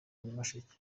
nyamasheke